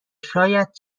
شاید